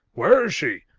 where is she?